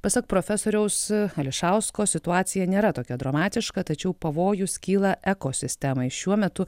pasak profesoriaus ališausko situacija nėra tokia dramatiška tačiau pavojus kyla ekosistemai šiuo metu